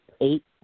eight